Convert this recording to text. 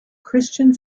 christian